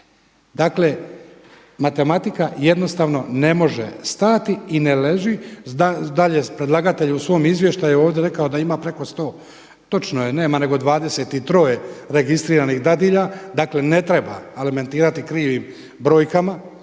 Dakle, matematika jednostavno ne može stajati i ne leži. Dakle je predlagatelj u svom izvještaju ovdje rekao da ima preko 100. Točno je, nema nego 23 registriranih dadilja. Dakle ne treba alimentirati krivim brojkama,